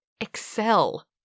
excel